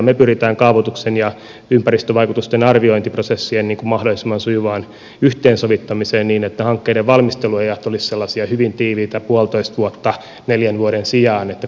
me pyrimme kaavoituksen ja ympäristövaikutusten arviointiprosessien mahdollisimman sujuvaan yhteensovittamiseen niin että hankkeiden valmisteluajat olisivat sellaisia hyvin tiiviitä puolitoista vuotta neljän vuoden sijaan että kuulemiset olisivat yhteisiä ja näin